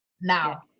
now